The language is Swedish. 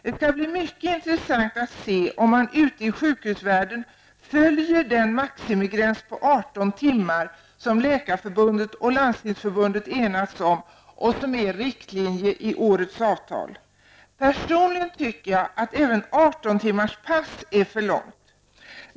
Det skall bli mycket intressant att se om man ute i sjukhusvärlden följer den maximigräns på 18 Landstingsförbundet enats om och som är riktlinje i årets avtal. Personligen tycker jag att även 18-timmarspass är för långt.